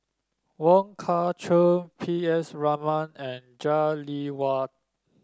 Wong Kah Chun P S Raman and Jah Lelawati